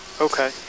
Okay